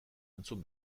entzun